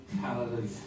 Hallelujah